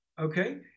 okay